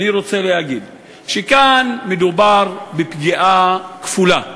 אני רוצה להגיד שכאן מדובר בפגיעה כפולה,